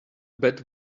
bad